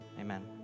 Amen